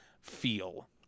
feel